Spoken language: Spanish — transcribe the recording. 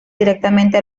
directamente